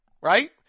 right